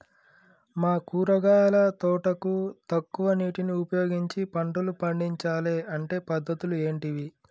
మా కూరగాయల తోటకు తక్కువ నీటిని ఉపయోగించి పంటలు పండించాలే అంటే పద్ధతులు ఏంటివి?